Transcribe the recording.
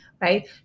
right